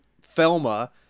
Thelma